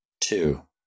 Two